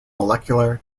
molecular